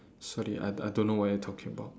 sorry I I don't know what you're talking about